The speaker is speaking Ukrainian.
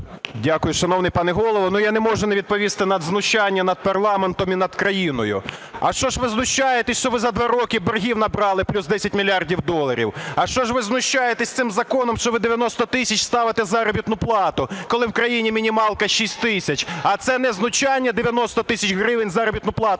Дякую. Шановний пане Голово, я не можу не відповісти на знущання над парламентом і над країною. А що ж ви знущаєтесь, що ви за 2 роки боргів набрали плюс 10 мільярдів доларів? А що ж ви знущаєтесь цим законом, що ви 90 тисяч ставите заробітну плату, коли в країні мінімалка 6 тисяч? А це не знущання 90 тисяч гривень заробітну плату